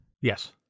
yes